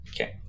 okay